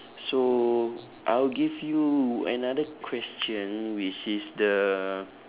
so I'll give you another question which is the